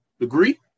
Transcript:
Agree